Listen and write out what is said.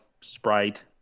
Sprite